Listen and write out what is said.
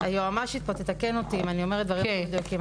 היועמ"שית פה תתקן אותי אם אני אומרת דברים לא מדויקים,